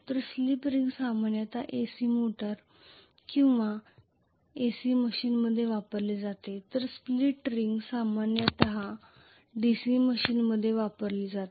तर slip ring सामान्यतः AC motor किंवा AC मशीनमध्ये वापरली जातात तर स्प्लिट रिंग सामान्यत DC मशीनमध्ये वापरली जातात